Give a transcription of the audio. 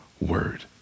word